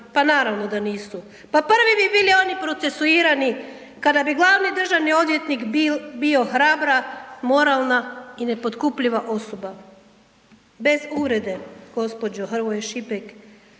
Pa naravno da nisu, pa prvi bi bili oni procesuirani kada bi glavni državni odvjetnik bio hrabra, moralna i nepotkupljiva osoba. Bez uvrede gospođo Hrvoj Šipek,